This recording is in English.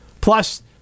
Plus